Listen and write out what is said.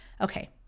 Okay